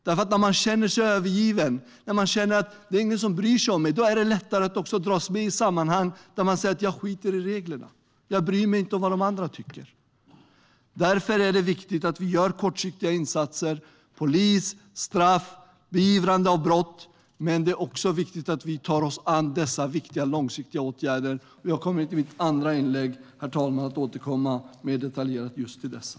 När man känner sig övergiven och som att ingen bryr sig om en är det lättare att också dras med i sammanhang där man säger: Jag skiter i reglerna och bryr mig inte om vad de andra tycker! Det är viktigt med kortsiktiga insatser på polis, straff och beivrande av brott, men det är också viktigt att vi tar oss an dessa viktiga långsiktiga åtgärder. I mitt andra inlägg kommer jag att återkomma mer detaljerat just till dessa.